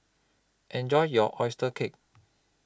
Enjoy your Oyster Cake